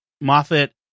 Moffat